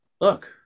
look